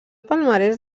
palmarès